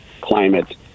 climate